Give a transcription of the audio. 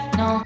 no